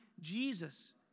Jesus